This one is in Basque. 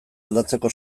aldatzeko